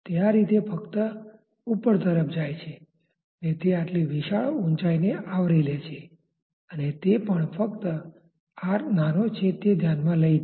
તે આ રીતે ઉપર તરફ જાય છે અને તે આટલી વિશાળ ઊંચાઇને આવરી લે છે અને તે પણ ફક્ત R નાનો છે તે ધ્યાનમાં લઇને